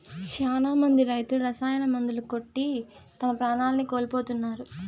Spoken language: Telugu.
శ్యానా మంది రైతులు రసాయన మందులు కొట్టి తమ ప్రాణాల్ని కోల్పోతున్నారు